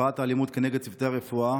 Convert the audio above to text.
לתופעת האלימות כנגד צוותי הרפואה,